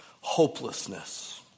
Hopelessness